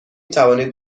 توانید